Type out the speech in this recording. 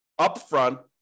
upfront